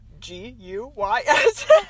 g-u-y-s